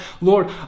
Lord